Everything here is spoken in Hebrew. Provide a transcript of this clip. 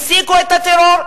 הפסיקו את הטרור?